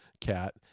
cat